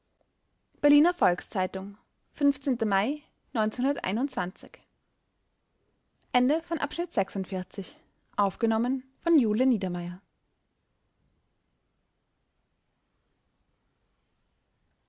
berliner volks-zeitung mai